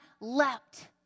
leapt